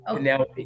Now